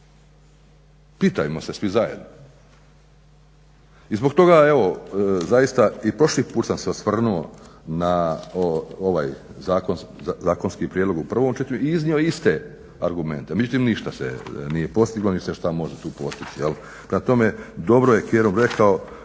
Pitajmo se svi zajedno. I zbog toga evo zaista i prošli put sam se osvrnuo na ovaj zakonski prijedlog u prvom čitanju i iznio iste argumente, međutim ništa se nije postiglo niti se šta tu može postići. Prema tome dobro je Kerum rekao